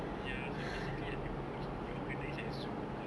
ya so basically like the coach they organise like Zoom workouts